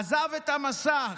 עזב את המסך,